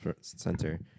center